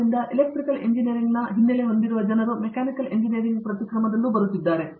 ಆದ್ದರಿಂದ ಎಲೆಕ್ಟ್ರಿಕಲ್ ಎಂಜಿನಿಯರಿಂಗ್ನಲ್ಲಿನ ಹಿನ್ನೆಲೆ ಹೊಂದಿರುವ ಜನರು ಮೆಕ್ಯಾನಿಕಲ್ ಇಂಜಿನಿಯರಿಂಗ್ ಪ್ರತಿಕ್ರಮದಲ್ಲಿ ಬರುತ್ತಿದ್ದಾರೆ